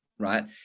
right